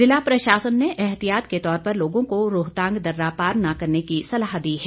जिला प्रशासन ने एहतियात के तौर पर लोगों को रोहतांग दर्रा पार न करने की सलाह दी है